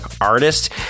artist